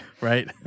right